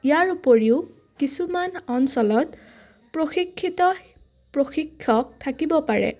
ইয়াৰ উপৰিও কিছুমান অঞ্চলত প্ৰশিক্ষিত প্ৰশিক্ষক থাকিব পাৰে